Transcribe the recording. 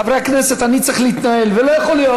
חברי הכנסת, אני צריך להתנהל, זה לא יכול להיות.